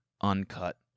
uncut